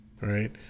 right